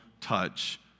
touch